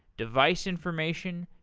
device information,